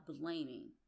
blaming